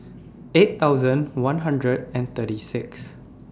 eight thousand one hundred and thirty six